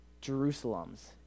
Jerusalems